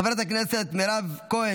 חברת הכנסת לזימי,